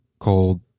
Called